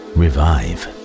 revive